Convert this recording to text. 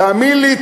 תאמין לי,